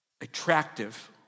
attractive